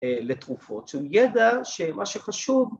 ‫לתרופות. זה ידע שמה שחשוב...